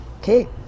Okay